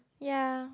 yea